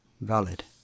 valid